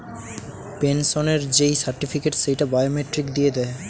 পেনসনের যেই সার্টিফিকেট, সেইটা বায়োমেট্রিক দিয়ে দেয়